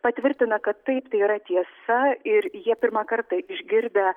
patvirtina kad taip tai yra tiesa ir jie pirmą kartą išgirdę